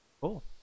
Cool